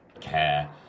care